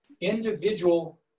individual